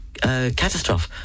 catastrophe